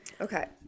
okay